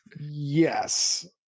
yes